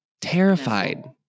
Terrified